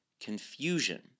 confusion